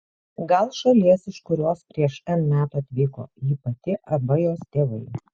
gal šalies iš kurios prieš n metų atvyko ji pati arba jos tėvai